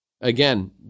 Again